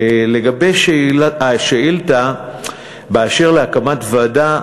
לגבי השאלה באשר להקמת ועדה,